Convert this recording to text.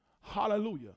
Hallelujah